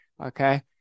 Okay